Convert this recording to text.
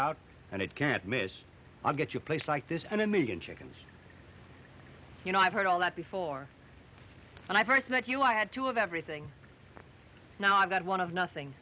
out and it can't miss i'll get you a place like this and a million chickens you know i've heard all that before and i first met you i had two of everything now i've got one of nothing